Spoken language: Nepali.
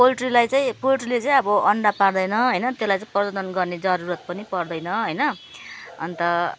पोल्ट्रीलाई चाहिँ पोल्ट्रीले चाहिँ अब अन्डा पार्दैन होइन त्यसलाई चाहिँ प्रजनन गर्ने जरुरत पनि पर्दैन होइन अन्त